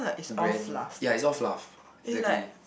grand ya it's all fluff exactly